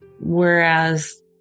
whereas